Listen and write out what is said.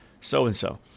so-and-so